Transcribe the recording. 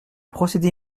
procédé